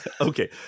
Okay